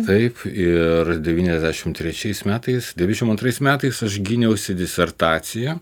taip ir devyniasdešimt trečiais metais devyniasdešimt antrais metais aš gyniausi disertaciją